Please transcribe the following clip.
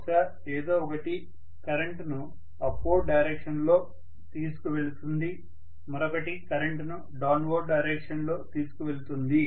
బహుశా ఏదో ఒకటి కరెంట్ను అప్ వార్డ్ డైరెక్షన్లో తీసుకువెళుతుంది మరొకటి కరెంట్ను డౌన్ వార్డ్ డైరెక్షన్లో తీసుకువెళుతుంది